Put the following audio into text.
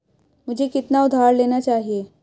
मुझे कितना उधार लेना चाहिए?